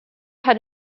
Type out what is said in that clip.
had